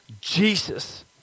Jesus